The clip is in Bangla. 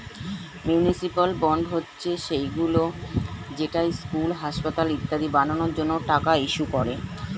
মিউনিসিপ্যাল বন্ড হচ্ছে সেইগুলো যেটা স্কুল, হাসপাতাল ইত্যাদি বানানোর জন্য টাকা ইস্যু করে